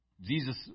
Jesus